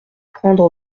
prendre